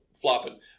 flopping